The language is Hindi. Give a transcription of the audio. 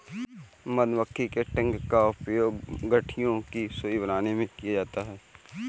मधुमक्खी के डंक का प्रयोग गठिया की सुई बनाने में किया जाता है